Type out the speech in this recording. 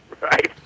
Right